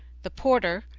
the porter,